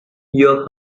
your